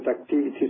activities